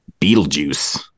Beetlejuice